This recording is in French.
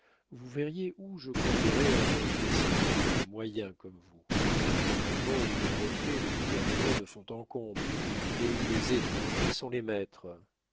vous verriez où je conduirais un homme d'esprit et de moyens comme vous dans un moment où l'on refait le gouvernement de fond en comble et où les étrangers sont les maîtres